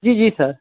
जी जी सर